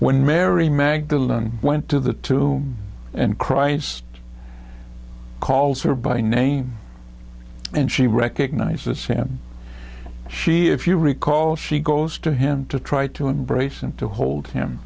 when mary magdalen went to the to and christ calls her by name and she recognizes him she if you recall she goes to him to try to embrace and to hold him